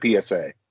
PSA